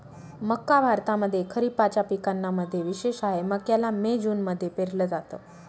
मक्का भारतामध्ये खरिपाच्या पिकांना मध्ये विशेष आहे, मक्याला मे जून मध्ये पेरल जात